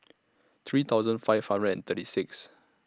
three thousand five hundred and thirty six